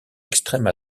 extrême